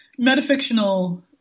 metafictional